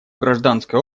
гражданское